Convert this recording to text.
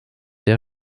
der